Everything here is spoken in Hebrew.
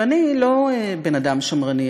ואני לא בן-אדם שמרני,